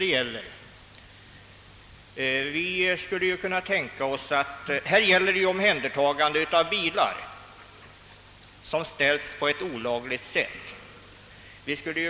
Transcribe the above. Här gäller det flyttning av olämpligt uppställda bilar och det rör sig därför om ett allmänt intresse.